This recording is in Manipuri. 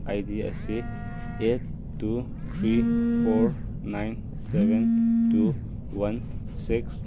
ꯑꯥꯏ ꯗꯤ ꯑꯁꯤ eight two three four nine seven two one six